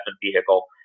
vehicle